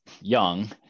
young